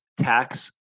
tax